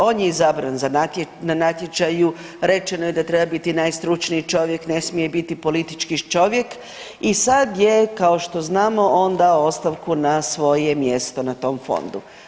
On je izabran na natječaju, rečeno je da treba biti najstručniji čovjek, ne smije biti politički čovjek i sad je kao što znamo on dao ostavku na svoje mjesto na tom fondu.